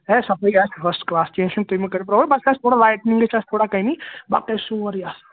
ہے صفٲیی آسہِ first class کیٚنہہ چھُنہٕ تُہۍ مہٕ کٔرِو اَسہِ تھوڑا لایٹنِنٛگ چھِ اَسہِ تھوڑا کمی باقٕے چھِ سورٕے اصٕل